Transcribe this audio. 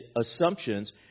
assumptions